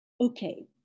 okay